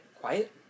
Quiet